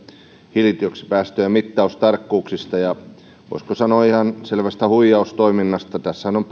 hiilidioksidipäästöjen mittaustarkkuuksista ja voisiko sanoa ihan selvästä huijaustoiminnasta hiilidioksidikeskusteluhan on